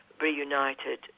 reunited